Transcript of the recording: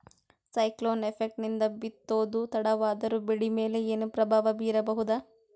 Cyclone effect ನಿಂದ ಬಿತ್ತೋದು ತಡವಾದರೂ ಬೆಳಿ ಮೇಲೆ ಏನು ಪ್ರಭಾವ ಬೀರಬಹುದು?